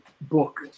book